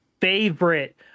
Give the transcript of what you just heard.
favorite